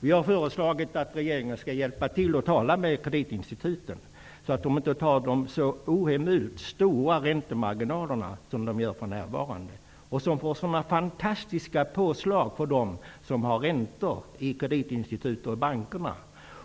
Vi har föreslagit att regeringen skall hjälpa till och tala med kreditinstituten, så att de inte har så ohemult stora räntemarginaler som de har för närvarande, som innebär så fantastiska påslag för dem som har räntor i kreditinstituten och i bankerna.